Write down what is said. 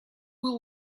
will